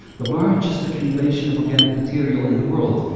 the largest accumulation of organic material in the world.